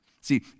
See